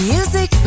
Music